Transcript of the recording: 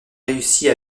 réussit